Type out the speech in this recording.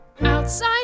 Outside